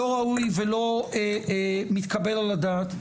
לא ראוי ולא מתקבל על הדעת.